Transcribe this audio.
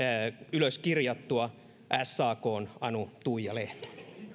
ylös kirjattua sakn anu tuija lehto